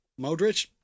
Modric